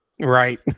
Right